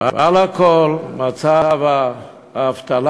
ועל הכול, מצב האבטלה